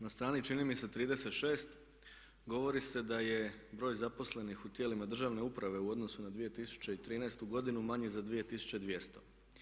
Na strani čini mi se 36. govori se da je broj zaposlenih u tijelima državne uprave u odnosu na 2013. godinu manji za 2200.